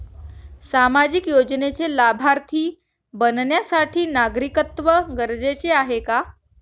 सामाजिक योजनेचे लाभार्थी बनण्यासाठी नागरिकत्व गरजेचे आहे का?